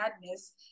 madness